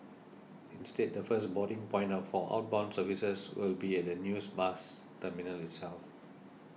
instead the first boarding point of for outbound services will be at the news bus terminal itself